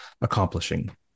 accomplishing